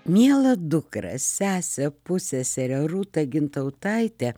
miela dukra sese pussesere rūta gintautaite